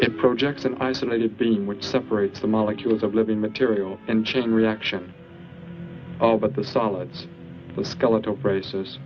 it projects an isolated thing which separates the molecules of living material and chain reaction of the solids the skeletal proces